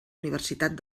universitat